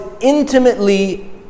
intimately